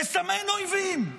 לסמן אויבים,